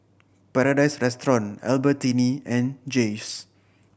Paradise Restaurant Albertini and Jays